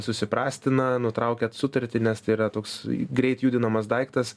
susiprastina nutraukiat sutartį nes tai yra toks greit judinamas daiktas